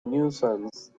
nuisance